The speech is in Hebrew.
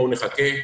בואו נחכה.